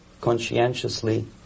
conscientiously